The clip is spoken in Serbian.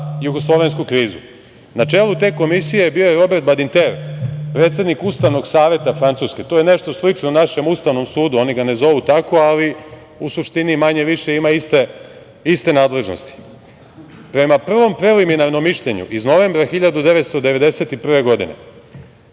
jugoslovensku krizu. Na čelu te komisije bio je Robert Badinter, predsednik Ustavnog saveta Francuske. To je nešto slično našem Ustavom sudu, oni ga ne zovu tako, ali u suštini manje-više ima iste nadležnosti. Prema prvom preliminarnom mišljenju, iz novembra 1991. godine,